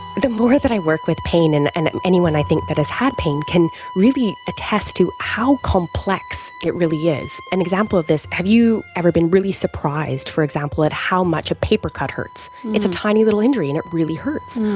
the more that i work with pain and and anyone i think that has had pain can really attest to how complex it really is. an example of this have you ever been really surprised, for example, at how much a paper cut hurts? it's a tiny little injury and it really hurts.